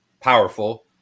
powerful